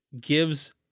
gives